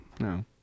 No